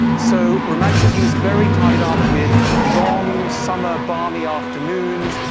so romanticism is very tied up with long summer balmy afternoons,